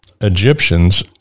Egyptians